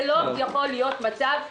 לא יכול להיות מצב כזה.